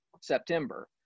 September